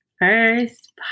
First